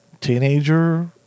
teenager